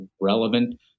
relevant